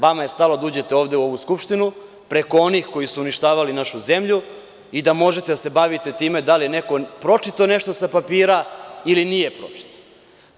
Vama je stalo da uđete ovde u ovu Skupštinu preko onih koji su uništavali našu zemlju i da možete da se bavite time da li je neko pročitao nešto sa papira ili nije pročitao.